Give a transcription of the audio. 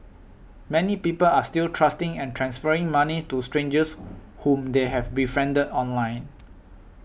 many people are still trusting and transferring moneys to strangers whom they have befriended online